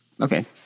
okay